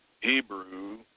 Hebrew